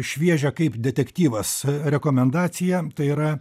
šviežią kaip detektyvas rekomendaciją tai yra